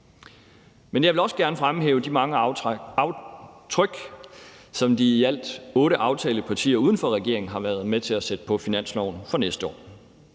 Men jeg vil også gerne fremhæve de mange aftryk, som de i alt otte aftalepartier uden for regeringen har været med til at sætte på finansloven for næste år.